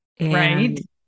Right